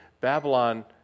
Babylon